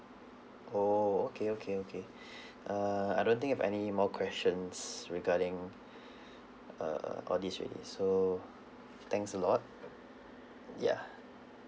orh okay okay okay err I don't think I have any more questions regarding err all these already so thanks a lot ya